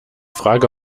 frage